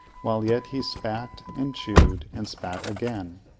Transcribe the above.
while yet he spat, and chewed, and spat again,